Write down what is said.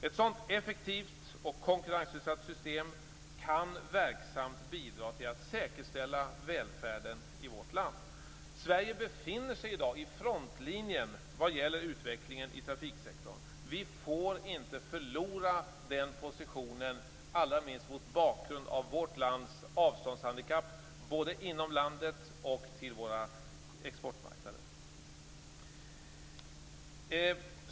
Ett sådant effektivt och konkurrensutsatt system kan verksamt bidra till att säkerställa välfärden i vårt land. Sverige befinner sig i dag i frontlinjen vad gäller utvecklingen i trafiksektorn. Vi får inte förlora denna position, allra minst mot bakgrund av vårt lands avståndshandikapp, både inom landet och till våra exportmarknader.